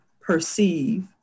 perceive